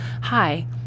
Hi